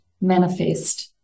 manifest